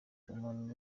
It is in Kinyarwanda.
umuntu